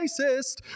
racist